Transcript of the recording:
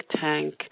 tank